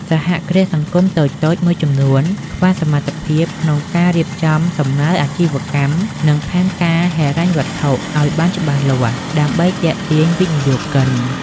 សហគ្រាសសង្គមតូចៗមួយចំនួនខ្វះសមត្ថភាពក្នុងការរៀបចំសំណើអាជីវកម្ម និងផែនការហិរញ្ញវត្ថុឱ្យបានច្បាស់លាស់ ដើម្បីទាក់ទាញវិនិយោគិន ។